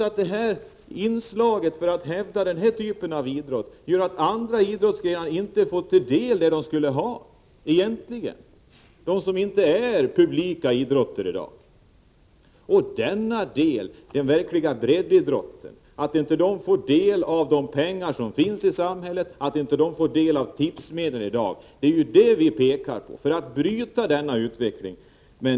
Att hävda just den här typen av idrott gör att andra idrottsgrenar, alltså de som inte är publika idrotter i dag, inte får det som de egentligen borde få. Att denna del, den verkliga breddidrotten, inte får av de pengar som finns i samhället och av tipsmedel är vad vi påtalat, eftersom större resurser är nödvändiga för att bryta denna utveckling.